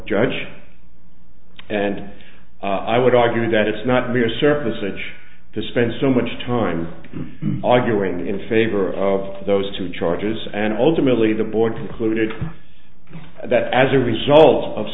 judge and i would argue that it's not mere surplusage to spend so much time arguing in favor of those two charges and ultimately the board concluded that as a result of